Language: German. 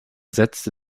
setzte